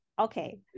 Okay